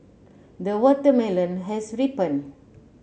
the watermelon has ripened